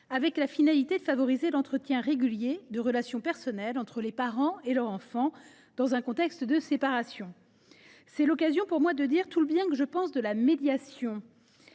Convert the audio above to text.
parents, afin de favoriser l’entretien régulier de relations personnelles entre les parents et leur enfant dans un contexte de séparation. Ce débat m’offre l’occasion de dire tout le bien que je pense de la médiation.